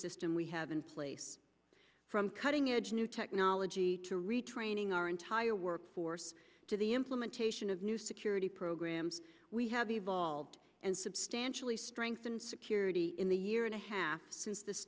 system we have in place from cutting edge new technology to retraining our entire workforce to the implementation of new security programs we have evolved and substantially strengthen security in the year and a half since this